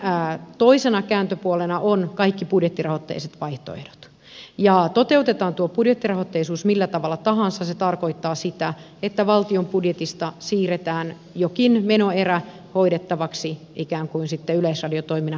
sen toisena kääntöpuolena on kaikki budjettirahoitteiset vaihtoehdot ja toteutetaan tuo budjettirahoitteisuus millä tavalla tahansa se tarkoittaa sitä että valtion budjetista siirretään jokin menoerä hoidettavaksi ikään kuin sitten yleisradiotoiminnan kattamiseksi